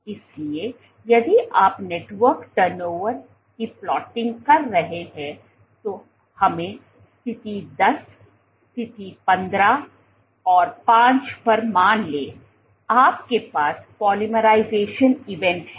इसलिए यदि आप नेटवर्क टर्नआवर की प्लॉटिंग कर रहे हैं तो हमें स्थिति 10 स्थिति 15 और 5 पर मान लें आपके पास पोलीमराइज़ेशन इवेंट हैं